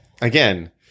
Again